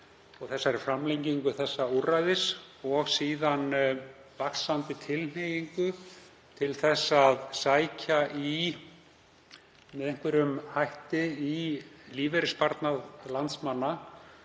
og þessi, framlengingu þessa úrræðis og síðan vaxandi tilhneigingu til að sækja með einhverjum hætti í lífeyrissparnað landsmanna,